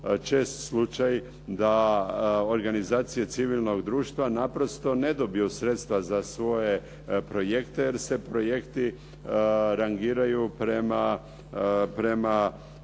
čest slučaj da organizacije civilnog društva naprosto ne dobiju sredstva za svoje projekte, jer se projekti rangiraju prema